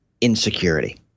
insecurity